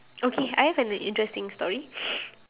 okay I have an interesting story